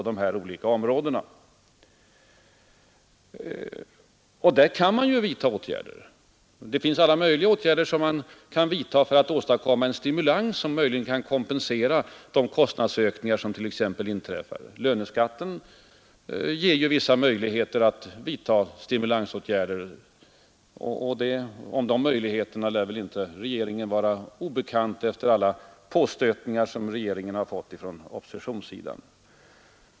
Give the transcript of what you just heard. Där finns det ju alla möjliga åtgärder som man kan vidta för att åstadkomma en stimulans, som möjligen kan kompensera exempelvis de kostnadsökningar som inträffar. Löneskatten ger vissa möjligheter att vidta stimulansåtgärder, och de möjligheterna lär inte regeringen vara obekant med efter alla påstötningar som den har fått från oppositionssidan.